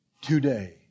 Today